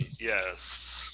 yes